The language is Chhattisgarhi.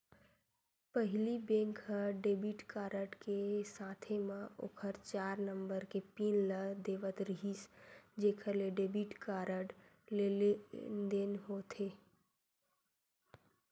पहिली बेंक ह डेबिट कारड के साथे म ओखर चार नंबर के पिन ल देवत रिहिस जेखर ले डेबिट कारड ले लेनदेन होथे